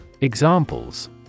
EXAMPLES